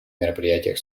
мероприятиях